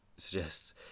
suggests